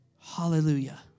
Hallelujah